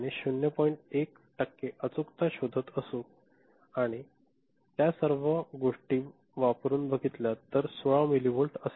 1 टक्के अचूकता शोधत असू आणि त्या सर्व गोष्टी वापरुन बघितल्या तर हे 16 मिलीव्हॉल्ट असेल